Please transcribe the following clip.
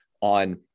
on